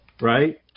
Right